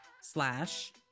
slash